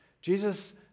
Jesus